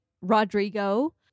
Rodrigo